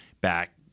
back